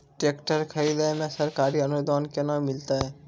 Tractor खरीदै मे सरकारी अनुदान केना मिलतै?